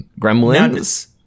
Gremlins